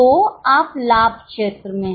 तो आप लाभ क्षेत्र में हैं